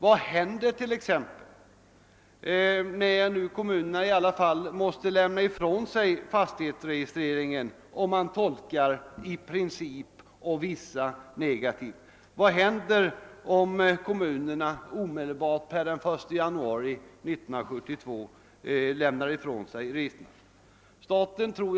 Vad händer t.ex. när nu kommunerna ändå måste lämna ifrån sig fastighetsregistreringen, om man tolkar »i princip» och »vissa kommuner» negativt? Vad händer om kommunerna omedelbart per den 1 januari 1972 lämnar ifrån sig registren?